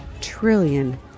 trillion